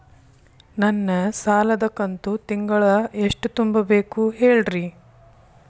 ನನ್ನ ಸಾಲದ ಕಂತು ತಿಂಗಳ ಎಷ್ಟ ತುಂಬಬೇಕು ಹೇಳ್ರಿ?